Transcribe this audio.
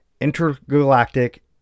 Intergalactic